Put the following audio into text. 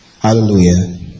Hallelujah